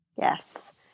Yes